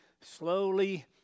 slowly